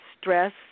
stress